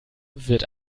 wird